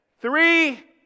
Three